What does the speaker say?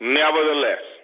nevertheless